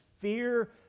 fear